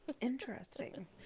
Interesting